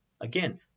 Again